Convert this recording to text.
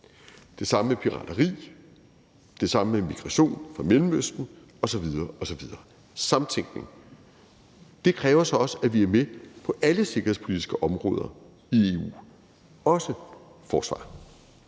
Det samme gælder pirateri, migration fra Mellemøsten osv. osv. Det handler om samtænkning. Det kræver så også, at vi er med på alle sikkerhedspolitiske områder i EU, også forsvaret.